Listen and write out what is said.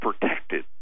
protected